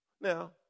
Now